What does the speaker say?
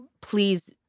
Please